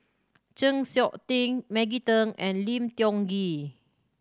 Chng Seok Tin Maggie Teng and Lim Tiong Ghee